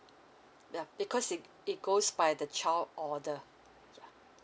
yeah because it it goes by the child order ya